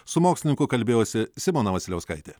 su mokslininku kalbėjosi simona vasiliauskaitė